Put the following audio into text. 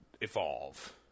Evolve